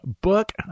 book